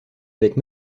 avec